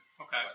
Okay